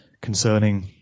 concerning